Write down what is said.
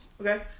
Okay